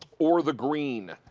or the green.